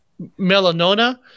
melanoma